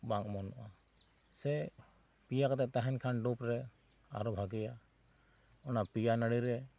ᱵᱟᱝ ᱚᱢᱚᱱᱚᱜᱼᱟ ᱥᱮ ᱯᱮᱭᱟ ᱠᱟᱛᱮᱫ ᱛᱟᱦᱮᱱ ᱠᱷᱟᱱ ᱰᱩᱵ ᱨᱮ ᱟᱨᱚ ᱵᱷᱟᱜᱮᱭᱟ ᱟᱱᱟ ᱯᱮᱭᱟ ᱱᱟ ᱲᱤ ᱨᱮ